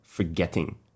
Forgetting